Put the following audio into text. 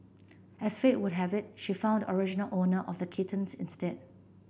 as fate would have it she found the original owner of the kittens instead